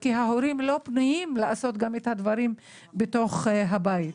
כי ההורים לא פנויים לעשות גם את הדברים שבתוך הבית.